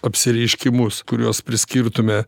apsireiškimus kuriuos priskirtume